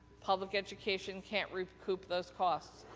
public education can't recoupe those costs.